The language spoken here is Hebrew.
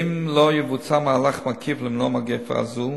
אם לא יבוצע מהלך מקיף למניעת מגפה זו,